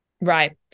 Right